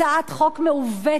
הצעת חוק מעוותת,